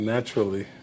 Naturally